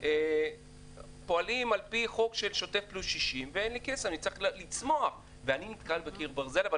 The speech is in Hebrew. והייתי פקיד 10 שנים ואני האחרון שמזלזל בהם